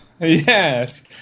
yes